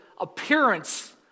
appearance